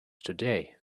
today